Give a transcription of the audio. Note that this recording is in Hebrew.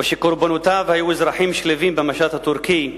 וקורבנותיו היו אזרחים שלווים במשט הטורקי,